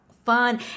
fun